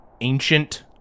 ancient